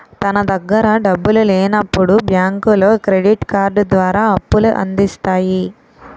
తన దగ్గర డబ్బులు లేనప్పుడు బ్యాంకులో క్రెడిట్ కార్డు ద్వారా అప్పుల అందిస్తాయి